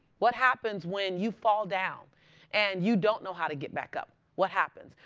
what happens when you fall down and you don't know how to get back up? what happens?